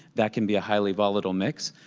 that can be a highly volatile mix,